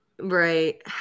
right